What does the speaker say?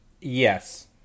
Yes